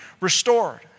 restored